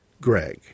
Greg